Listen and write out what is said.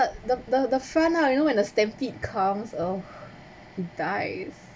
the the the fan ah you know when the stampede comes oh dies